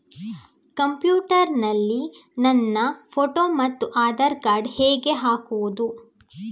Computer ನಲ್ಲಿ ನನ್ನ photo ಮತ್ತು ಆಧಾರ್ ಕಾರ್ಡ್ ಹೇಗೆ ಹಾಕುವುದು?